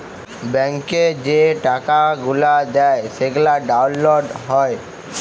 ব্যাংকে যে টাকা গুলা দেয় সেগলা ডাউল্লড হ্যয়